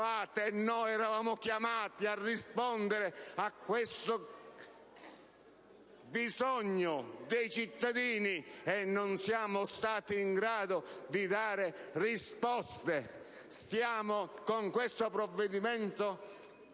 e noi eravamo, chiamati a rispondere a questo bisogno dei cittadini, e non siamo stati in grado di dare risposte. I cittadini